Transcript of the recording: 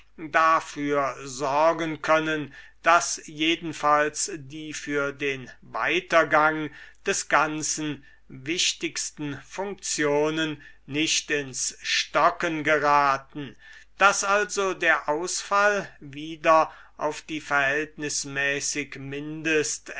dafür sorgen können daß jedenfalls die für den weitergang des ganzen wichtigsten funktionen nicht ins stocken geraten daß also der ausfall wieder auf die verhältnismäßig mindest